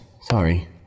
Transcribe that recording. sorry